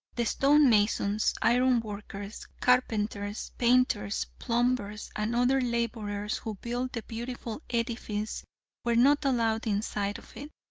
the stone masons, iron-workers, carpenters, painters, plumbers and other laborers who built the beautiful edifice were not allowed inside of it.